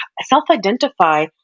self-identify